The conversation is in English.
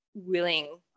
willing